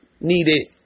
needed